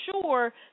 sure